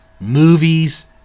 movies